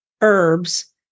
herbs